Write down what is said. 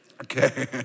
okay